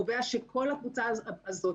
קובע שכל הקבוצה הזאת,